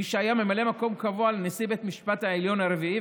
מי שהיה ממלא מקום קבוע לנשיא בית המשפט העליון הרביעי,